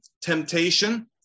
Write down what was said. temptation